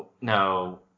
No